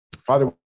Father